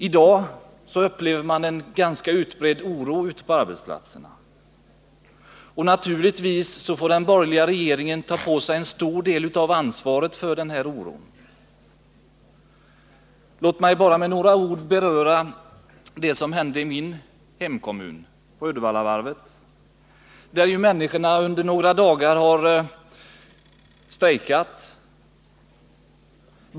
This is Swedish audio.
I dag upplever man på arbetsplatserna en ganska utbredd oro. Naturligtvis får den borgerliga regeringen ta på sig en stor del av ansvaret för denna oro. Låt mig bara kort beröra vad som i min hemkommun hänt på Uddevallavarvet, där människorna under några dagar har strejkat.